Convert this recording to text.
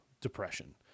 depression